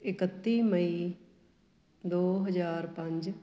ਇਕੱਤੀ ਮਈ ਦੋ ਹਜ਼ਾਰ ਪੰਜ